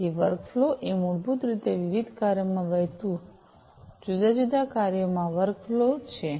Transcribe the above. તેથી વર્કફ્લો એ મૂળભૂત રીતે વિવિધ કાર્યોમાં વહેતું જુદા જુદા કાર્યોમાંનો વર્કફ્લો છે